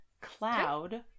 Cloud